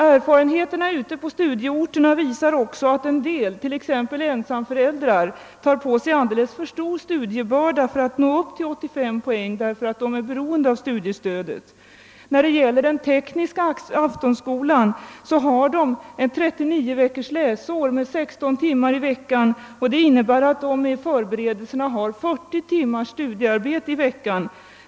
Erfarenheterna på studieorterna visar ockå att en del, t.ex. ensamföräldrar, tar på sig alldeles för stor studiebörda för att nå upp till 85 poäng, eftersom de är beroende av studiestödet. I den tekniska aftonskolan omfattar läsåret 39 veckor med 16 timmar i veckan. Det innebär att de med förberedelserna har minst 40 timmars studiearbete i veckan.